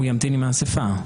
הוא ימתין עם האסיפה.